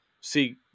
see